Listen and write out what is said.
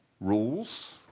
rules